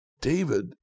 David